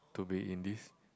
to be in this